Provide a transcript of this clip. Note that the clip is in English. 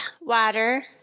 water